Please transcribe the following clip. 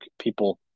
people –